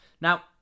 Now